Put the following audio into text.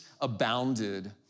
abounded